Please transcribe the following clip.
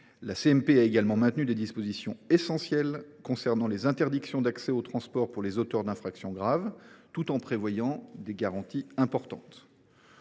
a également maintenu des dispositions essentielles concernant les interdictions d’accès aux transports pour les auteurs d’infractions graves, tout en prévoyant des garanties importantes.